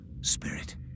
spirit